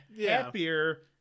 happier